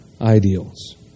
ideals